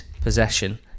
possession